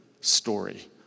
story